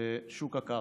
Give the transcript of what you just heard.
בשוק הכרמל,